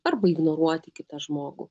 arba ignoruoti kitą žmogų